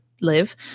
live